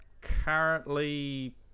currently